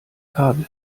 kabel